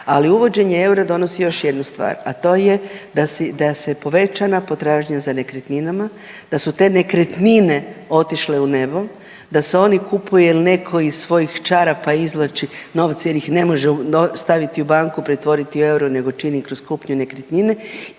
Ali uvođenje eura donosi još jednu stvar, a to je da si, da se povećana potražnja za nekretninama, da su te nekretnine otišle u nebo, da se oni kupuje ili neko iz svojih čarapa izvlači novac jer ih ne može staviti u banku, pretvoriti u euro nego čini kroz kupnju nekretnine